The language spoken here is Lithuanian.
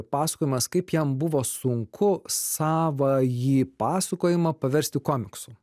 pasakojimas kaip jam buvo sunku savąjį pasakojimą paversti komiksu